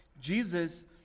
Jesus